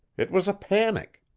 it was a panic.